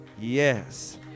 yes